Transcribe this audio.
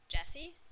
Jesse